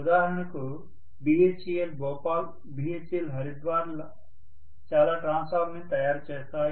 ఉదాహరణకు BHEL Bhopal BHEL Haridwar చాలా transformers ని తయారు చేస్తాయి